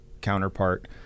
counterpart